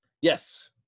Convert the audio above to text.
Yes